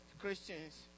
Christians